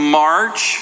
march